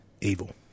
evil